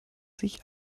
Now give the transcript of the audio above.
sich